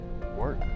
work